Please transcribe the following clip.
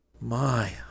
My